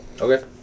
Okay